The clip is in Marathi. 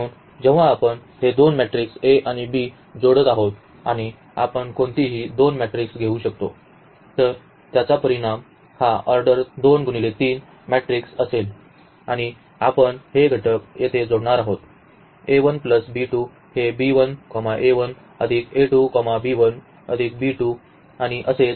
म्हणून जेव्हा आपण हे दोन मॅट्रिक्स a आणि b जोडत आहोत आणि आपण कोणतीही दोन मॅट्रिक्स घेऊ शकतो तर त्याचा परिणाम हा ऑर्डर 2×3 मॅट्रिक्स असेल आणि आपण हे घटक येथे जोडणार आहोत a1 प्लस b2 हे b1 a1 अधिक a2 b1 अधिक b2 आणि असेच